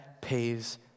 pays